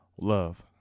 Love